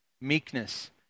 meekness